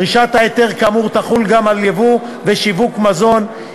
דרישת היתר כאמור תחול גם על ייבוא ושיווק מזון.